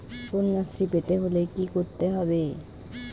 কন্যাশ্রী পেতে হলে কি করতে হবে?